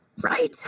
Right